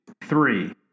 three